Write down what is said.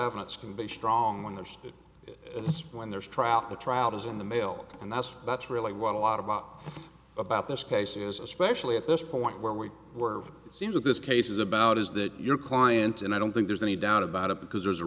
evidence can be strong on the stick when there's trial the trial goes in the mail and that's that's really what a lot about about this case is especially at this point where we were it seems that this case is about is that your client and i don't think there's any doubt about it because there